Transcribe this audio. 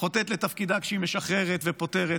חוטאת לתפקידה כשהיא משחררת ופוטרת